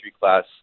class